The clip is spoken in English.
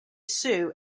soo